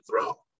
throw